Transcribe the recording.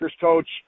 coach